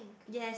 yes